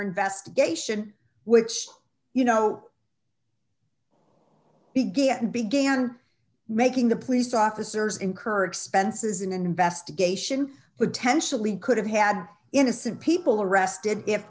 investigation which you know begin began making the police officers incur expenses in an investigation but potentially could have had innocent people arrested if